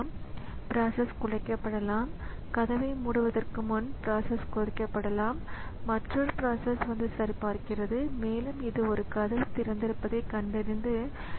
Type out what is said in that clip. எனவே உள்ளீட்டு வெளியீட்டு டேட்டாவை டிவைஸ் கன்ட்ரோலரில் உள்ள பஃபருக்கு மாற்றுவதன் மூலம் ஸிபியுக்களின் வேலை முடிவடைகிறது